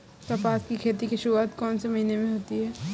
कपास की खेती की शुरुआत कौन से महीने से होती है?